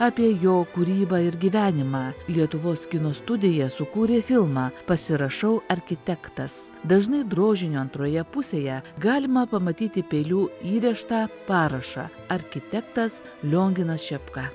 apie jo kūrybą ir gyvenimą lietuvos kino studija sukūrė filmą pasirašau arkitektas dažnai drožinio antroje pusėje galima pamatyti peiliu įrėžtą parašą arkitektas lionginas šepka